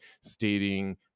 stating